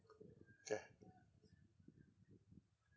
okay